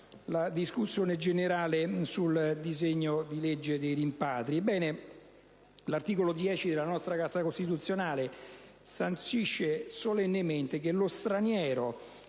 della discussione generale sul disegno di legge sui rimpatri. L'articolo 10 della nostra Carta costituzionale sancisce solennemente che «Lo straniero,